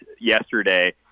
yesterday